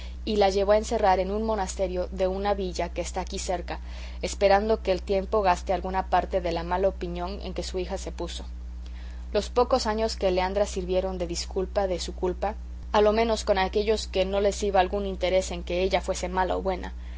y la llevó a encerrar en un monesterio de una villa que está aquí cerca esperando que el tiempo gaste alguna parte de la mala opinión en que su hija se puso los pocos años de leandra sirvieron de disculpa de su culpa a lo menos con aquellos que no les iba algún interés en que ella fuese mala o buena